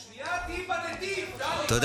שנייה, תהיי בנתיב, טלי.